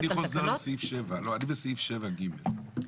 חוזר לסעיף 7. אני בסעיף 7 (ג').